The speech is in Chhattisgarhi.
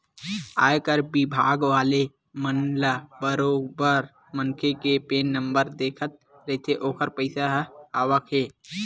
आयकर बिभाग वाले मन ल बरोबर मनखे के पेन नंबर ले दिखत रहिथे ओखर पइसा के आवक ह